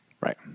right